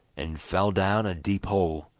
and fell down a deep hole,